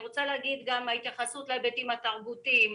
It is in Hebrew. ישנה גם התייחסות להיבטים התרבותיים,